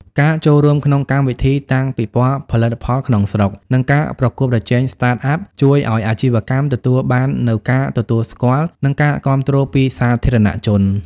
ការចូលរួមក្នុងកម្មវិធីតាំងពិព័រណ៍ផលិតផលក្នុងស្រុក និងការប្រកួតប្រជែង Startup ជួយឱ្យអាជីវកម្មទទួលបាននូវការទទួលស្គាល់ និងការគាំទ្រពីសាធារណជន។